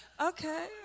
Okay